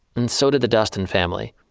and so did the duston family.